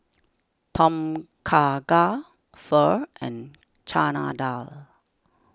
Tom Kha Gai Pho and Chana Dal